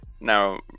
Now